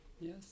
Yes